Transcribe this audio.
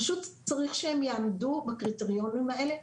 פשוט צריך שהם יעמדו בקריטריונים האלה,